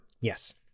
yes